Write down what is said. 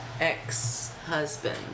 ex-husband